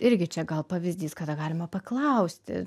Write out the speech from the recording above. irgi čia gal pavyzdys kada galima paklausti